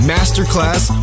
Masterclass